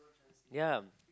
ya